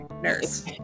nurse